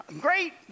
great